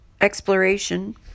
exploration